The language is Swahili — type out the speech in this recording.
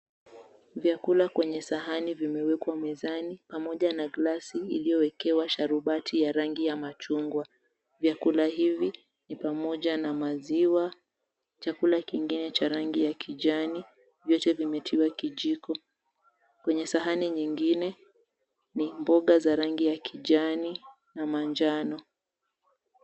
Vyakula kwenye sahani vimewekwa mezani pamoja na glasi iliyowekewa sharubati ya rangi ya machungwa vyakula hivi ni pamoja na maziwa chakula kingine cha rangi ya kijani vyote vimetiwa kijiko kwenye sahani nyingine ni sahani ya rangi ya kijani na manjano.